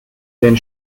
den